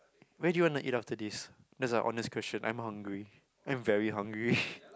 where do you want to eat after this that's a honest question I'm hungry I'm very hungry